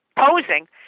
posing